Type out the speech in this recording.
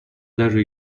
даже